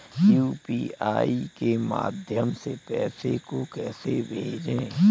UPI के माध्यम से पैसे को कैसे भेजें?